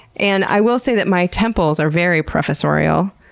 and i will say that my temples are very professorial.